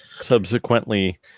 subsequently